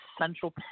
central